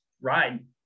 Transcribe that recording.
ride